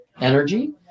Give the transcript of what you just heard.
energy